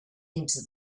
into